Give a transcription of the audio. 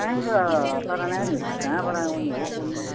पाइन्छ तर नानीहरू चाहिँ कहाँबाट आउने हो कुन्नि